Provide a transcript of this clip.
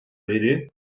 beri